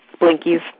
Blinkies